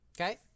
Okay